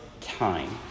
time